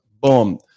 Boom